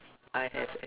I have an